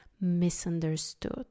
misunderstood